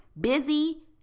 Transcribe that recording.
Busy